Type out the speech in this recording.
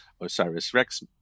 OSIRIS-REx